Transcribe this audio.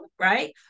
right